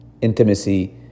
intimacy